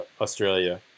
Australia